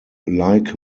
like